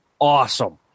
Awesome